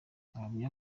ahamya